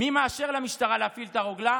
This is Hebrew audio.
מי מאשר למשטרה להפעיל את הרוגלה?